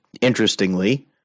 Interestingly